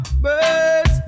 Birds